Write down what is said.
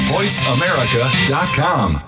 VoiceAmerica.com